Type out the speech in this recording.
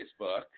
Facebook